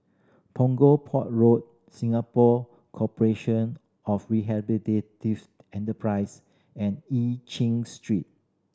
Punggol Port Road Singapore Corporation of Enterprise and E Chin Street